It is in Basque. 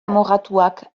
amorratuak